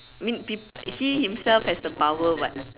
I mean be he himself has the power what